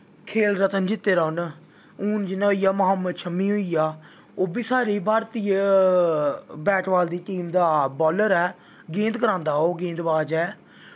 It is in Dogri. खेल रतन जित्ते दा उ'नै हून जि'यां होई गेआ मोहमद शमी होई गेआ ओह्बी साढ़ी भारती बैट बॉल दी टीम दा बॉल्लर ऐ गेंद करांदा ओह् गेंदबाज ऐ